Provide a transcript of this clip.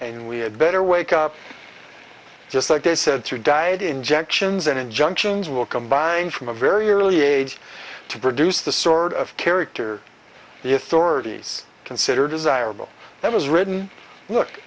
and we had better wake up just like they said through diet injections and injunctions will combine from a very early age to produce the sort of character the authorities consider desirable that was written look